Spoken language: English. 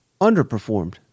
underperformed